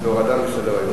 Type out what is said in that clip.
זה הורדה מסדר-היום.